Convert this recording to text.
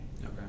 Okay